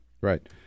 Right